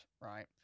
right